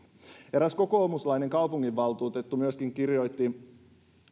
eräs kokoomuslainen kaupunginvaltuutettu myöskin kirjoitti